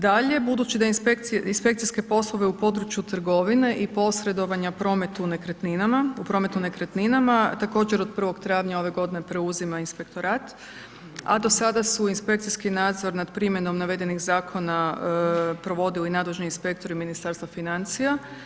Dalje, budući da inspekcijske poslove u području trgovine i posredovanja u prometu nekretinama također od 1. travnja ove godine preuzima inspektorat a do sada su inspekcijski nadzor nad primjenom navedenih zakona provodili nadležni inspektori Ministarstva financija.